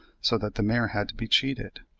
so that the mare had to be cheated.